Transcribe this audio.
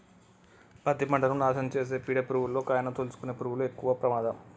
పత్తి పంటను నాశనం చేసే పీడ పురుగుల్లో కాయను తోలుసుకునే పురుగులు ఎక్కవ ప్రమాదం